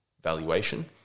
valuation